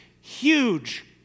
huge